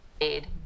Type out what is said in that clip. aid